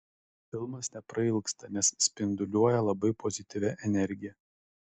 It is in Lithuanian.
filmas neprailgsta nes spinduliuoja labai pozityvia energija